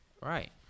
Right